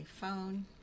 phone